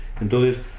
Entonces